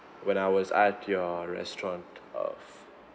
when I was at your restaurant a